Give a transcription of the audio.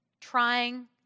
trying